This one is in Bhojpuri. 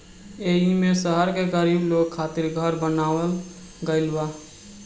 एईमे शहर के गरीब लोग खातिर घर बनावल गइल बा